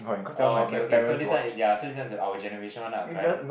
oh okay okay so this one is ya so this one is our generation one ah correct